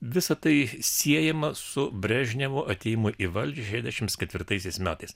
visa tai siejama su brežnevo atėjimu į valdžią šešiasdešimt ketvirtaisiais metais